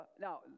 now